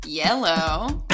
yellow